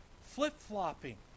flip-flopping